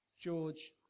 George